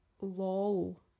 lol